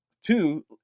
two